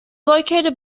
located